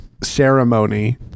ceremony